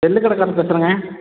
செல்லுக் கடைக்காரர் பேசுறேங்க